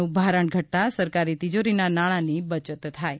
નું ભારણ ઘટતા સરકારી તિજોરીમાં નાણાંની બચત થાય છે